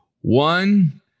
One